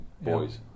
boys